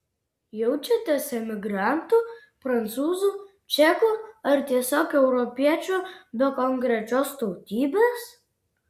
jaučiatės emigrantu prancūzu čeku ar tiesiog europiečiu be konkrečios tautybės